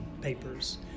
papers